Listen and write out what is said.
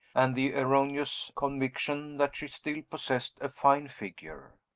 and the erroneous conviction that she still possessed a fine figure.